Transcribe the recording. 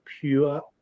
pure